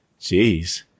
Jeez